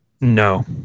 No